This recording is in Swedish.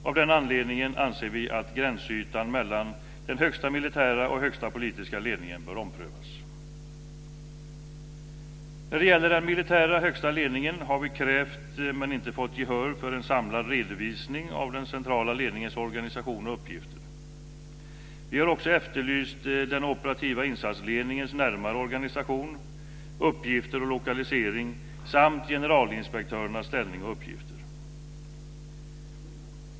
Av den anledningen anser vi att gränsytan mellan den högsta militära och högsta politiska ledningen bör omprövas. När det gäller den militära högsta ledningen har vi krävt men inte fått gehör för en samlad redovisning av den centrala ledningens organisation och uppgifter. Vi har också efterlyst den operativa insatsledningens närmare organisation, uppgifter och lokalisering samt generalinspektörernas ställning och uppgifter.